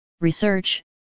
research